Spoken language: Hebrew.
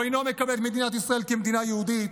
הוא אינו מקבל את מדינת ישראל כמדינה יהודית,